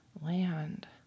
land